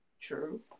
true